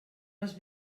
les